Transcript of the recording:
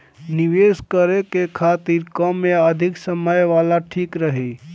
निवेश करें के खातिर कम या अधिक समय वाला ठीक रही?